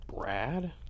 brad